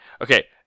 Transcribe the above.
Okay